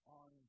on